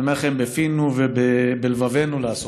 אני אומר לכם: בפינו ובלבבנו לעשותו.